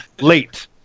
late